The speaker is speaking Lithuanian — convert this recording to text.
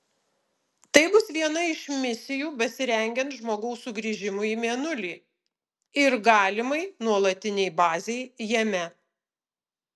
tai bus viena iš misijų besirengiant žmogaus sugrįžimui į mėnulį ir galimai nuolatinei bazei jame